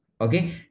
Okay